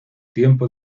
tiempo